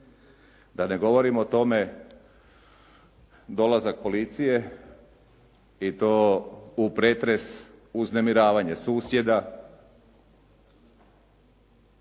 Da ne govorim o tome, dolazak policije i to u pretres, uznemiravanje susjeda,